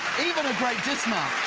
even a great dismount!